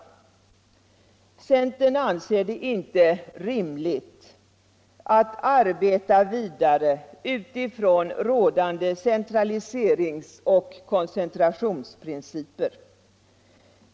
Centern anser det inte rimligt att arbeta vidare utifrån rådande centraliseringsoch koncentrationsprinciper.